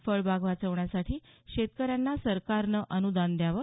फळबाग वाचवण्यासाठी शेतकऱ्यांना सरकारनं अनुदान द्यावं